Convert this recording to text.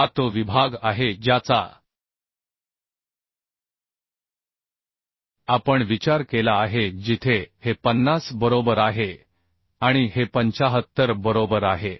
हा तो विभाग आहे ज्याचा आपण विचार केला आहे जिथे हे 50 बरोबर आहे आणि हे 75 बरोबर आहे